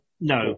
no